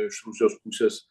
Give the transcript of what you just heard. iš rusijos pusės